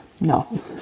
No